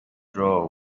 drawer